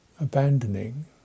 Abandoning